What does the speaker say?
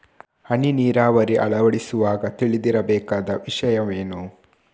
ಹನಿ ನೀರಾವರಿ ಅಳವಡಿಸುವಾಗ ತಿಳಿದಿರಬೇಕಾದ ವಿಷಯವೇನು?